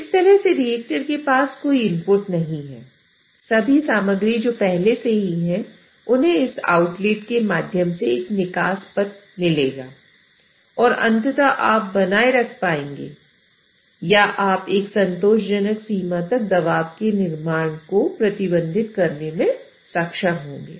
इस तरह से रिएक्टर के पास कोई इनपुट नहीं है सभी सामग्री जो पहले से ही है उन्हें इस आउटलेट के माध्यम से एक निकास पथ मिलेगा और अंततः आप बनाए रख पाएंगे या आप एक संतोषजनक सीमा तक दबाव के निर्माण को प्रतिबंधित करने में सक्षम होंगे